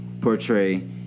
portray